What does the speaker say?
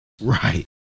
Right